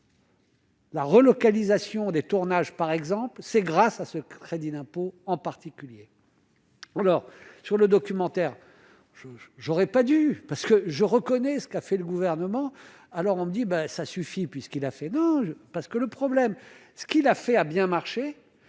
La relocalisation des tournages, par exemple, c'est grâce à ce crédit d'impôt en particulier. Alors sur le documentaire, j'aurais pas dû parce que je reconnais ce qu'a fait le gouvernement, alors on me dit ben ça suffit, puisqu'il a fait beau jeu parce que le problème, ce qu'il a fait, a bien marché,